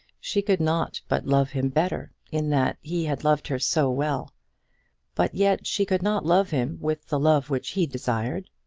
she could not but love him better, in that he had loved her so well but yet she could not love him with the love which he desired.